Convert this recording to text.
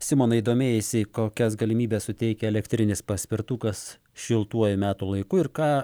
simonai domėjaisi kokias galimybes suteikia elektrinis paspirtukas šiltuoju metų laiku ir ką